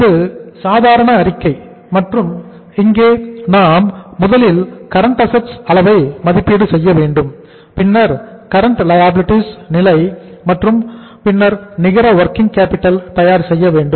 இது சாதாரண அறிக்கை மற்றும் இங்கே நாம் முதலில் கரண்ட் அசட்ஸ் தயார் செய்ய வேண்டும்